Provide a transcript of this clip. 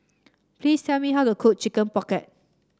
please tell me how to cook Chicken Pocket